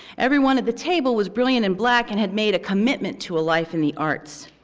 everyone at the table was brilliant and black and had made a commitment to a life in the arts.